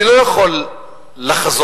אני לא יכול לחזות,